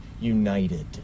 united